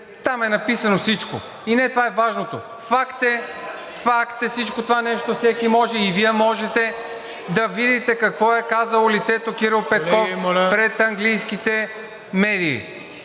за България“.) И не това е важното. Факт е всичко това нещо. Всеки може и Вие може да видите какво е казало лицето Кирил Петков пред английските медии.